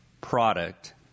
product